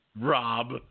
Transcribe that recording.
Rob